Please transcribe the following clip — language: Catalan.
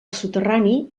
soterrani